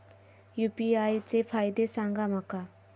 UPI चे फायदे सांगा माका?